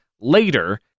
later